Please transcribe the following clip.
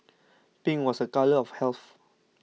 pink was the colour of health